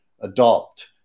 adopt